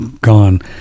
gone